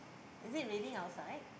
is it raining outside